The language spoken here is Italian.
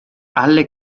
alle